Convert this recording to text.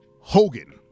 Hogan